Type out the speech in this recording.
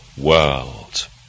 world